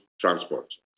transport